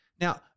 Now